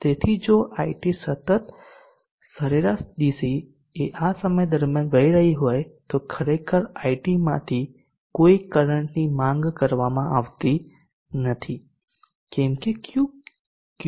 તેથી જો IT સતત સરેરાશ ડીસી એ આ સમય દરમ્યાન વહી રહી હોય તો ખરેખર IT માંથી કોઈ કરંટની માંગ કરવામાં આવતી નથી કેમ કે Q ઓફ છે